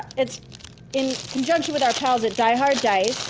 it's in conjunction with our pals at die hard dice.